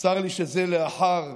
צר לי שזה לאחר